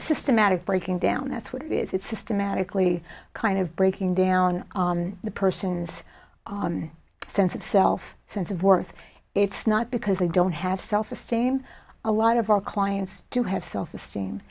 systematic breaking down that's what it is it's systematically kind of breaking down the person's sense of self sense of worth it's not because they don't have self esteem a lot of our clients do have self esteem